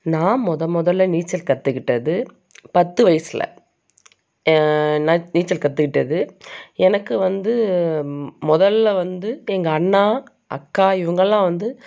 நான் மொதல் முதல்ல நீச்சல் கற்றுக்கிட்டது பத்து வயசில் நீச்சல் கற்றுக்கிட்டது எனக்கு வந்து முதல்ல வந்து எங்கள் அண்ணா அக்கா இவங்கெல்லாம் வந்து